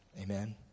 Amen